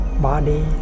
Body